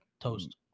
toast